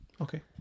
Okay